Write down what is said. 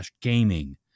gaming